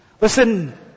Listen